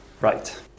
Right